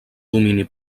domini